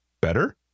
better